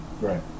Right